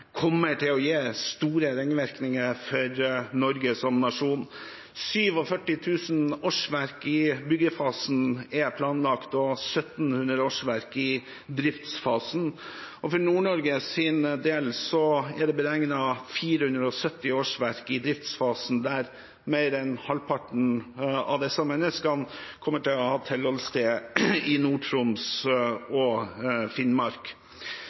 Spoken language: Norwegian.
kommer til å gi store ringvirkninger for Norge som nasjon. 47 000 årsverk i byggefasen er planlagt og 1 700 årsverk i driftsfasen. For Nord-Norges del er det beregnet 470 årsverk i driftsfasen, der mer enn halvparten av disse menneskene kommer til å ha tilholdssted i Nord-Troms og Finnmark.